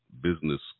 Business